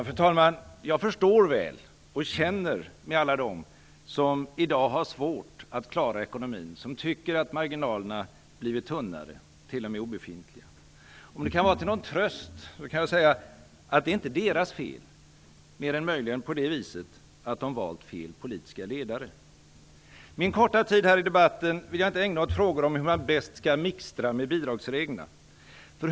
Fru talman! Jag förstår väl, och känner med alla dem som i dag har svårt att klara ekonomin och som tycker att marginalerna har blivit tunnare, t.o.m. obefintliga. Om det är till någon tröst kan jag säga att detta inte är deras fel, mer än möjligen på det viset att de valt fel politiska ledare. Jag vill inte ägna min korta tid här i debatten åt frågor om hur man bäst skall mixtra med bidragsreglerna.